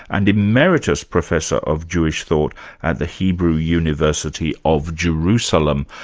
and emeritus professor of jewish thought at the hebrew university of jerusalem.